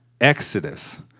Exodus